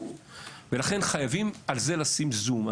לכן חייבים לשים על זה ׳זום׳.